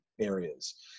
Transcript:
areas